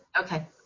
Okay